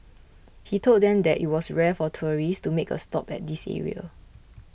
he told them that it was rare for tourists to make a stop at this area